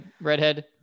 redhead